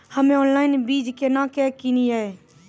हम्मे ऑनलाइन बीज केना के किनयैय?